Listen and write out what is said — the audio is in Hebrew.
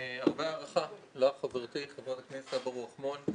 הרבה הערכה לחברתי, חברת הכנסת אבו רחמון.